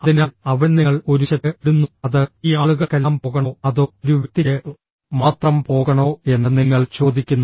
അതിനാൽ അവിടെ നിങ്ങൾ ഒരു ചെക്ക് ഇടുന്നു അത് ഈ ആളുകൾക്കെല്ലാം പോകണോ അതോ ഒരു വ്യക്തിക്ക് മാത്രം പോകണോ എന്ന് നിങ്ങൾ ചോദിക്കുന്നു